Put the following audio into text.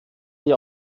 die